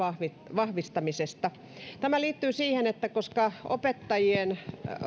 vahvistamisesta tämä liittyy siihen että opettajien